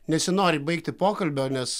nesinori baigti pokalbio nes